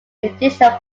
digital